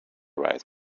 right